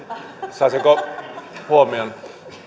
saisinko huomionne